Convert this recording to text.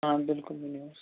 ٲں بِلکُل ؤنِو حظ